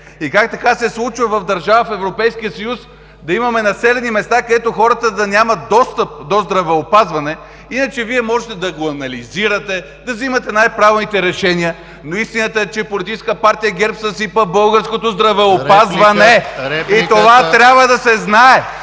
Как така се случва в държава в Европейския съюз да има населени места, където хората нямат достъп до здравеопазване?! Иначе Вие можете да анализирате, да вземате най-правилните решения. Истината обаче е, че Политическа партия ГЕРБ съсипа българското здравеопазване и това трябва да се знае.